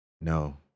No